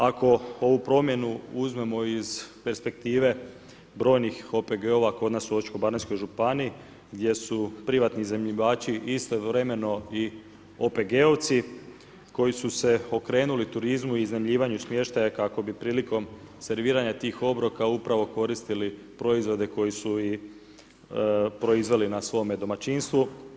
Ako ovu promjenu uzmemo iz perspektive brojnih OPG-ova, kod nas u Osječko baranjskoj županiji, gdje su privatni iznajmljivači, istovremeno i OPG-ovci, koji su se okrenuli turizmu, iznajmljivanju smještaja kako bi prilikom serviranju tih obroka upravo koristili proizvode koji su i proizveli na svome domaćinstvu.